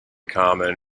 common